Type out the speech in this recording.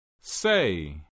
Say